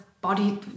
body